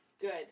good